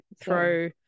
throw